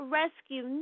rescue